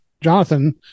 Jonathan